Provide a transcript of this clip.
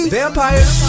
vampires